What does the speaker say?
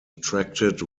attracted